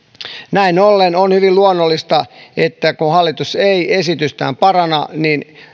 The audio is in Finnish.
näin ollen on hyvin luonnollista että kun hallitus ei esitystään paranna niin